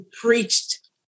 preached